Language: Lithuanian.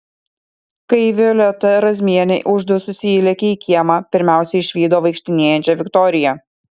kai violeta razmienė uždususi įlėkė į kiemą pirmiausia išvydo vaikštinėjančią viktoriją